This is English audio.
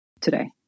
today